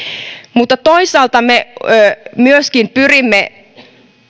mutta toisaalta me pyrimme